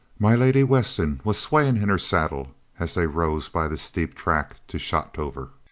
my lady weston was swaying in her saddle as they rose by the steep track to shotover,